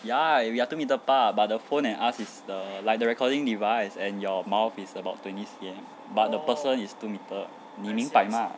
ya we are two metre apart but the phone and us is the like the recording device and your mouth is about twenty C_M but the person is two metre 你明白吗